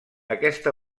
aquesta